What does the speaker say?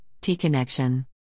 T-connection